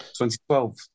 2012